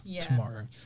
tomorrow